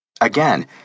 Again